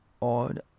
on